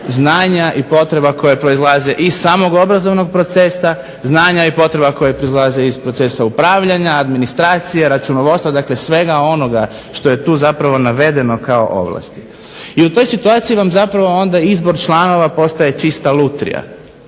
znanja i potreba koje proizlaze iz samog obrazovnog procesa, znanja i potreba koje proizlaze iz procesa upravljanja, administracije, računovodstva. Dakle, svega onoga što je tu zapravo navedeno kao ovlasti. I u toj situaciji vam zapravo onda izbor članova postaje čista lutrija.